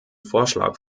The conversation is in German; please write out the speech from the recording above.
vorschlag